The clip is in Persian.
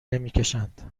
نمیکشند